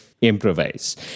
improvise